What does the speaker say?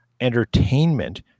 entertainment